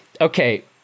Okay